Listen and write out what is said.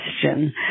question